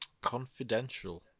Confidential